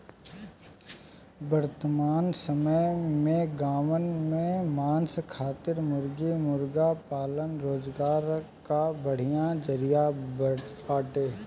वर्तमान समय में गांवन में मांस खातिर मुर्गी मुर्गा पालन रोजगार कअ बढ़िया जरिया बाटे